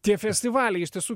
tie festivaliai iš tiesų